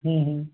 अं हं